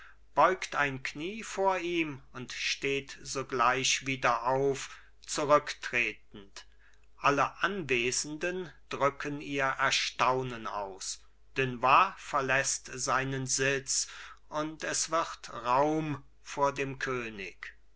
beugt ein knie vor ihm und steht sogleich wieder auf zurücktretend alle anwesenden drücken ihr erstaunen aus dunois verläßt seinen sitz und es wird raum vor dem könig